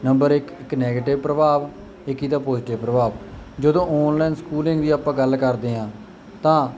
number ਇੱਕ ਇੱਕ negative ਪ੍ਰਭਾਵ ਇੱਕ ਇਹਦਾ ਪੌਜ਼ਟਿਵ ਪ੍ਰਭਾਵ ਜਦੋਂ ਆਨਲਾਈਨ ਸਕੂਲਿੰਗ ਦੀ ਆਪਾਂ ਗੱਲ ਕਰਦੇ ਆਂ ਤਾਂ